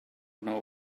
know